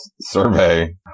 survey